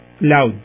loud